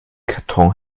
karton